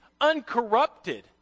uncorrupted